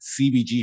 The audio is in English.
CBG